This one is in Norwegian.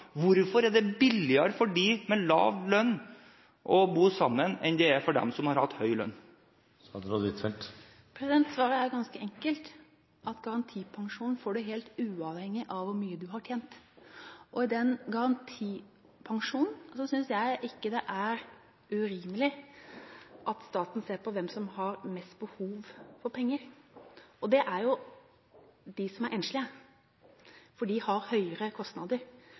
Hvorfor er det billigere for dem med lav lønn å bo sammen, enn det er for dem som har hatt høy lønn? Svaret er ganske enkelt: Garantipensjon får du helt uavhengig av hvor mye du har tjent. Og i den garantipensjonen synes jeg ikke det er urimelig at staten ser på hvem som har mest behov for penger – og det er jo de enslige fordi de har høyere kostnader.